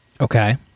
Okay